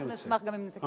אנחנו נשמח גם אם תקצר,